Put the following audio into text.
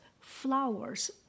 flowers